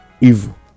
evil